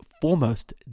foremost